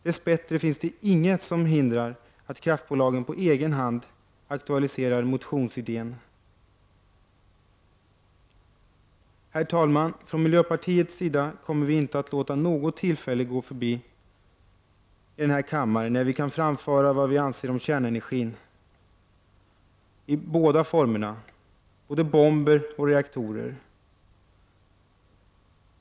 Dess bättre finns det inget som hindrar att kraftbolagen på egen hand aktualiserar motionsidén. Herr talman! Från miljöpartiets sida kommer vi inte att låta något tillfälle gå förbi i denna kammare när vi kan framföra vad vi anser om kärnenergin i dess båda former, bomber och reaktorer.